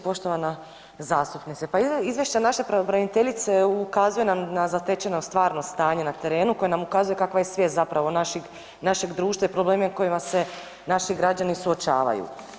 Poštovana zastupnice, pa izvješće naše pravobraniteljice ukazuje nam na zatečeno stvarno stanje na terenu koje nam ukazuje kakva je svijest zapravo našeg društva i probleme u kojima se naši građani suočavaju.